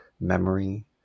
memory